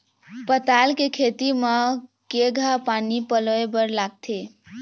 पताल के खेती म केघा पानी पलोए बर लागथे?